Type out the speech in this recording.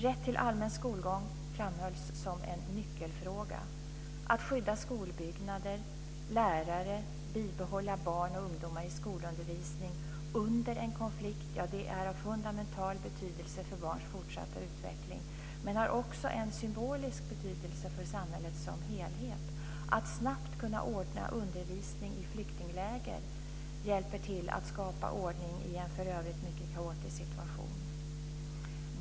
Rätt till allmän skolgång framhölls som en nyckelfråga. Att skydda skolbyggnader och lärare och att behålla barn och ungdomar i skolundervisning under en konflikt är av fundamental betydelse för barns fortsatta utveckling. Men det har också en symbolisk betydelse för samhället som helhet. Att snabbt kunna ordna undervisning i flyktingläger hjälper till att skapa ordning i en för övrigt mycket kaotisk situation.